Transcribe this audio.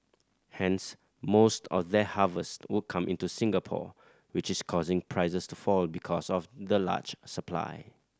hence most of their harvest would come into Singapore which is causing prices to fall because of the large supply